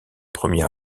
premier